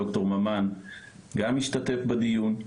דוקטור ממן גם משתתף בדיון,